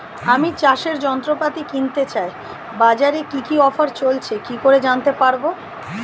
আমি চাষের যন্ত্রপাতি কিনতে চাই বাজারে কি কি অফার চলছে কি করে জানতে পারবো?